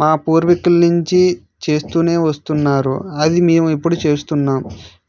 మా పూర్వీకుల నుంచి చేస్తూనే వస్తున్నారు అది మేము ఇప్పుడు చేస్తున్నాం